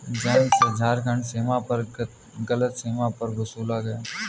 जयंत से झारखंड सीमा पर गलत सीमा कर वसूला गया